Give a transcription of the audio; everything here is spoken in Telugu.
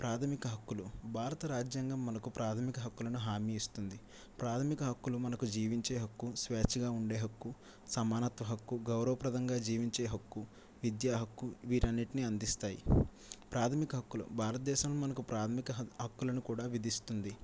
ప్రాథమిక హక్కులు భారత రాజ్యాంగం మనకు ప్రాథమిక హక్కులను హామీ ఇస్తుంది ప్రాథమిక హక్కులు మనకు జీవించే హక్కు స్వేచ్ఛగా ఉండే హక్కు సమానత్వ హక్కు గౌరవప్రదంగా జీవించే హక్కు విద్య హక్కు వీటన్నింటిని అందిస్తాయి ప్రాథమిక హక్కులు భారతదేశంలో మనకు ప్రాథమిక హక్కు హక్కులను కూడా విధిస్తుంది